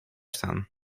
staan